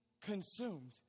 consumed